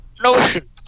notion